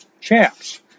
chaps